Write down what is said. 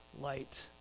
light